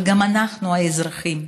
אבל גם אנחנו, האזרחים: